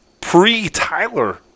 pre-Tyler